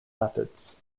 methods